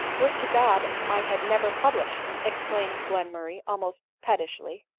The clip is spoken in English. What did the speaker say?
would to god i had never published! exclaimed glenmurray, almost pettishly.